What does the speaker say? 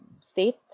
state